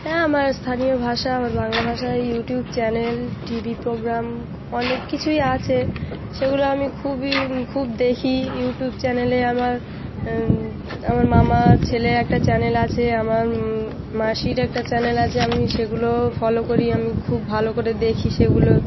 হ্যাঁ আমার স্থানীয় ভাষা আমার বাংলা ভাষায় ইউটিউব চ্যানেল টিভি প্রোগ্রাম অনেক কিছুই আছে সেগুলো আমি খুবই খুব দেখি ইউটিউব চ্যানেলে আমার আমার মামার ছেলের একটা চ্যানেল আছে আমার মাসির একটা চ্যানেল আছে আমি সেগুলো ফলো করি আমি খুব ভালো করে দেখি সেগুলো